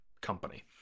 company